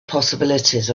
possibilities